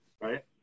Right